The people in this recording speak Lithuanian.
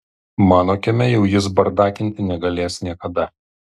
mano kieme jau jis bardakinti negalės niekada